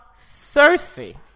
Cersei